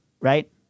right